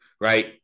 right